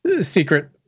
secret